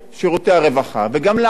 וגם להעצים את שירותי הרווחה.